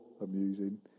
amusing